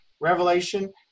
revelation